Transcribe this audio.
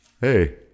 hey